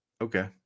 Okay